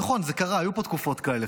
נכון, זה קרה, היו פה תקופות כאלה.